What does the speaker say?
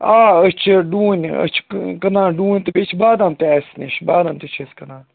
آ أسۍ چھِ ڈوٗنۍ أسۍ چھِ کٕنان ڈوٗنۍ تہٕ بیٚیہِ چھِ بادام تہِ اَسہِ نِش بادم تہِ چھِ أسۍ کٕنان